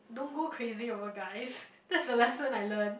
don't go crazy over guys that's the lesson I learn